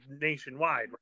nationwide